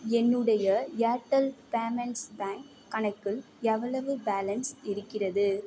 என்னுடைய Airtel payments bank கணக்கில் எவ்வளவு பேலன்ஸ் இருக்கிறது